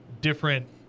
different